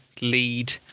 lead